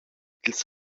dils